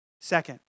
Second